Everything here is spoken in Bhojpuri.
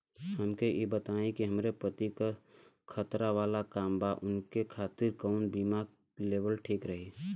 हमके ई बताईं कि हमरे पति क खतरा वाला काम बा ऊनके खातिर कवन बीमा लेवल ठीक रही?